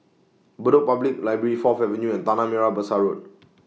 Bedok Public Library Fourth Avenue and Tanah Merah Besar Road